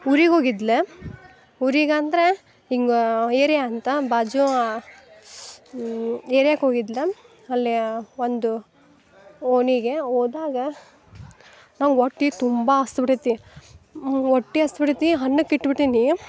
ಊರಿಗೋಗಿದ್ಲ ಊರಿಗಂದ್ರೆ ಹಿಂಗಾ ಏರಿಯಾ ಅಂತ ಬಾಜೋವಾ ಏರಿಯಾಕೋಗಿದ್ಲ ಅಲ್ಲೆಯ ಒಂದು ಓಣಿಗೆ ಹೋದಾಗ ನನಗೆ ಹೊಟ್ಟೆ ತುಂಬ ಹಸ್ದು ಬಿಟೈತಿ ಹೊಟ್ಟಿ ಹಸ್ದು ಬಿಟೈತಿ ಅನ್ನಕ್ಕೆ ಇಟ್ಟು ಬಿಟ್ಟಿನೀ